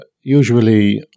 usually